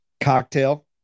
Cocktail